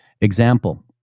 Example